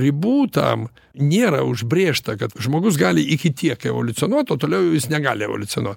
ribų tam nėra užbrėžta kad žmogus gali iki tiek evoliucionuot o toliau jis negali evoliucionuot